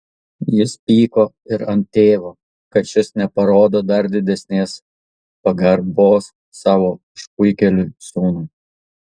jis pyko ir ant tėvo kad šis neparodo dar didesnės pagarbos savo išpuikėliui sūnui